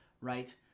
right